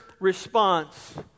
Response